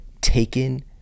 taken